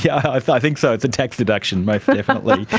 yeah i think so, it's a tax deduction most definitely.